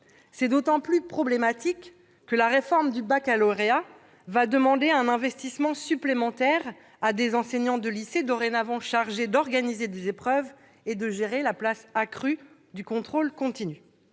C'est d'autant plus problématique que la réforme du baccalauréat demandera un investissement supplémentaire aux enseignants de lycée, dorénavant chargés d'organiser des épreuves et de gérer la place accrue du contrôle continu.